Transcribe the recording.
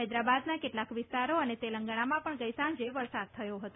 હૈદરાબાદના કેટલાક વિસ્તારો અને તેલંગણામાં પણ ગઇસાંજે વરસાદ થયો હતો